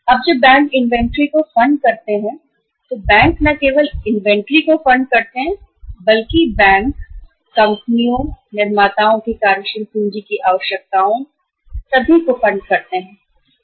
अब जब bank inventory को फंड करते हैं तो बैंक न केवल इन्वेंट्री को फंड करते हैं बल्कि बैंक कंपनियों और निर्माताओं की कार्यशील पूंजी की आवश्यकताएं सभी को फंड करते हैं